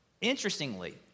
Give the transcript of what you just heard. interestingly